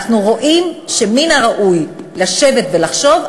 אנחנו חושבים שמן הראוי לשבת ולחשוב,